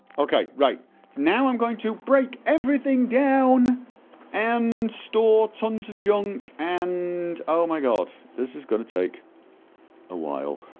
okay, right so now i'm going to break everything down anddd and store tons of junk and oh my god this is gonna take a while